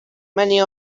many